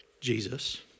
Jesus